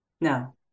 No